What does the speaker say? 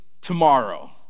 tomorrow